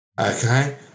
Okay